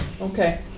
Okay